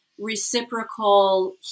reciprocal